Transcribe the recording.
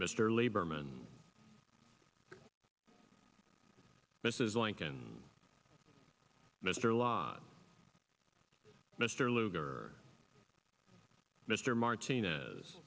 mr lieberman mrs lincoln mr lott mr lugar mr martinez